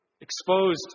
exposed